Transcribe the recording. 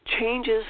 changes